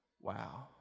wow